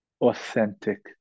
authentic